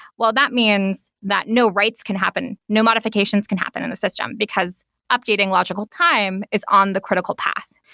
well, that means that, no, writes can happen. no modifications can happen in the system, because updating logical time is on the critical path.